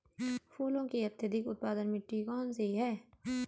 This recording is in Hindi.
फूलों की अत्यधिक उत्पादन मिट्टी कौन सी है?